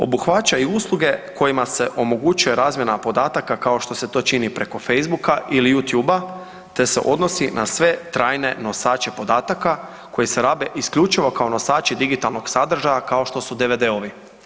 Obuhvaća i usluge kojima se omogućuje razmjena podataka kao što se to čini preko Facebooka ili Youtube te se odnosi na sve trajne nosače podataka koji se rabe isključivo kao nosači digitalnog sadržaja kao što su DVD-ovi.